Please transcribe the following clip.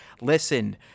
Listen